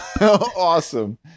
Awesome